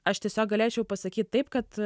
aš tiesiog galėčiau pasakyt taip kad